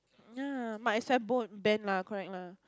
yeah might as well bone ban lah correct lah